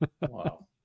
Wow